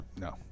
No